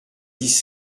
dix